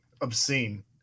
obscene